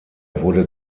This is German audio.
wurde